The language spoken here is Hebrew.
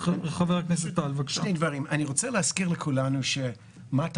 אבל נחזיר את הנושא אחר כבוד לוועדת